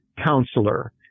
counselor